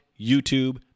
YouTube